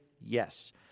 Yes